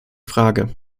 frage